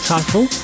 Title